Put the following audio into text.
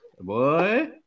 boy